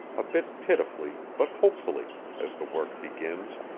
a bit pitifully but hopefully, as the work begins,